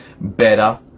Better